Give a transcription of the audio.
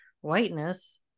whiteness